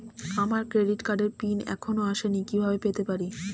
আমার ক্রেডিট কার্ডের পিন এখনো আসেনি কিভাবে পেতে পারি?